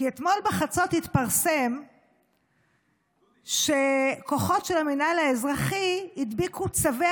כי אתמול בחצות התפרסם שכוחות של המינהל האזרחי הדביקו צווי